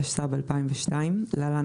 התשס"ב 2002‏ (להלן,